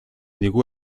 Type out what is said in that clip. digu